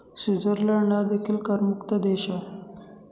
Switzerland हा देखील करमुक्त देश आहे